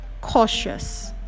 cautious